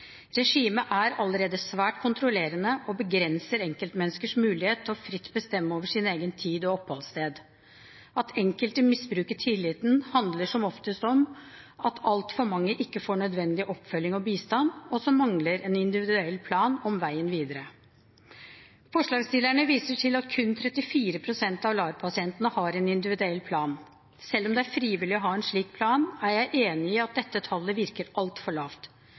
Regimet er allerede svært kontrollerende og begrenser enkeltmenneskers muligheter til fritt å bestemme over sin egen tid og oppholdssted. At enkelte misbruker tilliten, handler som oftest om at altfor mange ikke får nødvendig oppfølging og bistand – og mangler en individuell plan om veien videre. Forslagsstillerne viser til at kun 34 pst. av LAR-pasientene har en individuell plan. Selv om det er frivillig å ha en slik plan, er jeg enig i at dette tallet virker altfor lavt.